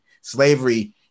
slavery